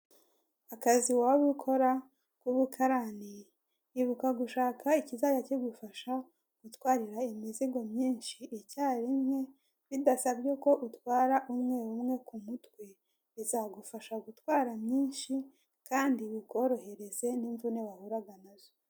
Akazi waba ukora k'ubukarani ibuka gushaka ikizajya cyigufasha gutwarira imizigo myinshi icyarimwe bidasabye ko utwara umwe umwe ku mutwe bizagufasha gutwara myinshi kandi bikorohereze n'imvune wahuraga nazo.